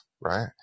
right